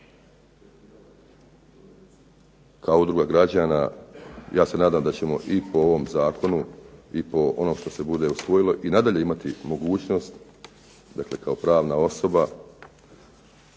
Kao Udruga građana ja se nadam da ćemo i po ovom zakonu i po onom što se bude usvojilo i nadalje imati mogućnost kao pravna osoba,